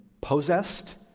possessed